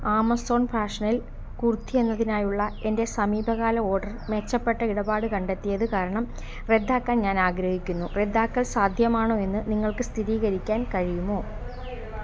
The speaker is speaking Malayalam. ആമസോൺ ഫാഷനിൽ കുർത്തി എന്നതിനായുള്ള എൻ്റെ സമീപകാല ഓർഡർ മെച്ചപ്പെട്ട ഇടപാട് കണ്ടെത്തിയത് കാരണം റദ്ദാക്കാൻ ഞാൻ ആഗ്രഹിക്കുന്നു റദ്ദാക്കൽ സാധ്യമാണോ എന്ന് നിങ്ങൾക്ക് സ്ഥിതീകരിക്കാൻ കഴിയുമോ